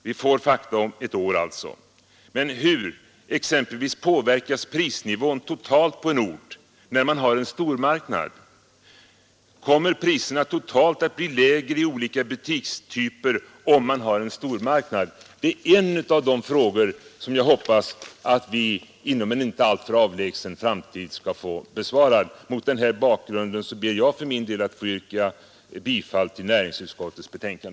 Vi får fakta om ett år. Hur påverkas exempelvis prisnivån totalt sett på en ort där det finns en stormarknad? Kommer priserna att bli lägre i olika butikstyper om man har en stormarknad? Det är en av de frågor som jag hoppas att vi inom en inte alltför avlägsen framtid skall få besvarad. Mot denna bakgrund ber jag att få yrka bifall till utskottets hemställan.